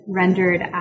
rendered